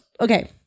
Okay